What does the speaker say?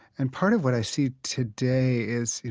and part of what i see today is, you